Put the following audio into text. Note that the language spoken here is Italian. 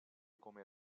come